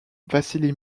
vassili